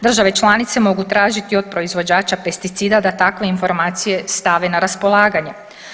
Države članice mogu tražiti od proizvođača pesticida da takve informacije stave na raspolaganje.